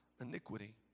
iniquity